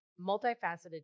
multifaceted